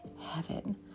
heaven